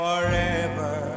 Forever